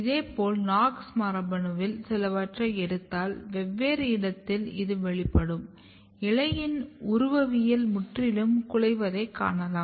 இதேபோல் KNOX மரபணுவில் சிலவற்றை எடுத்தால் வெவ்வேறு இடத்தில் இது வெளிப்பட்டு இலை உருவவியல் முற்றிலும் குலைவதை காணலாம்